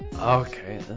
Okay